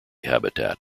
habitat